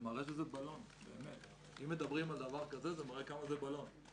אם מדברים על דבר כזה אז זה מראה שזה בלון.